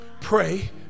Pray